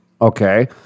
okay